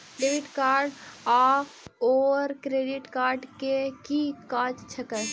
Debit card आओर credit card केँ की काज छैक?